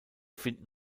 finden